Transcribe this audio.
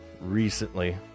recently